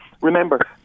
Remember